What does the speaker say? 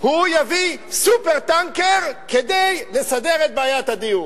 הוא יביא "סופר-טנקר" כדי לסדר את בעיית הדיור.